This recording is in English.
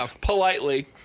politely